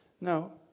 No